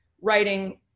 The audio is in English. writing